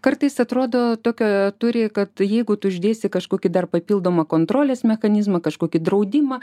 kartais atrodo tokio turi kad jeigu tu uždėsi kažkokį dar papildomą kontrolės mechanizmą kažkokį draudimą